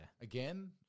Again